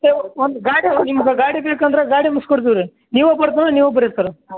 sir ಒಂದು ಗಾಡಿ ನಿಮ್ಗೆ ಗಾಡಿ ಬೇಕಂದರೆ ಗಾಡಿ ಕೊಡ್ತಿವಿ ರೀ ನೀವು ನೀವೇ ಬನ್ರಿ ಸರ ಹಾಂ